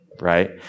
right